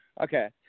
Okay